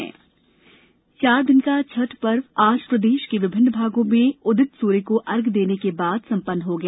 छठ पूजा चार दिन का छठ पूजा पर्व आज प्रदेश के विभिन्न भागों में उदित सूर्य को अर्घ्य देने के बाद सम्पन्न हो गया